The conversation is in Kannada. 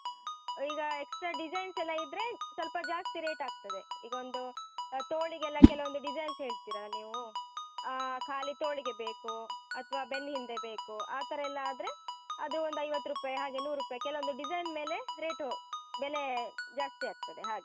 ಈಗ ಎಕ್ಸ್ಟ್ರಾ ಡಿಸೈನ್ಸ್ ಎಲ್ಲ ಇದ್ದರೆ ಸ್ವಲ್ಪ ಜಾಸ್ತಿ ರೇಟ್ ಆಗ್ತದೆ ಈಗ ಒಂದು ತೋಳಿಗೆಲ್ಲ ಕೆಲವೊಂದು ಡಿಸೈನ್ಸ್ ಹೇಳ್ತಿರಲ್ಲ ನೀವು ಖಾಲಿ ತೋಳಿಗೆ ಬೇಕು ಅಥವಾ ಬೆನ್ನ ಹಿಂದೆ ಬೇಕು ಆ ಥರ ಎಲ್ಲ ಆದರೆ ಅದು ಒಂದು ಐವತ್ತು ರೂಪಾಯಿ ಹಾಗೆ ನೂರು ರೂಪಾಯಿ ಕೆಲವೊಂದು ಡಿಸೈನ್ ಮೇಲೆ ರೇಟು ಹೊ ಬೆಲೆ ಜಾಸ್ತಿ ಆಗ್ತದೆ ಹಾಗೆ